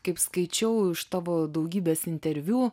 kaip skaičiau iš tavo daugybės interviu